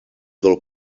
del